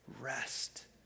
rest